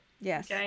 Yes